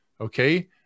Okay